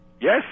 Yes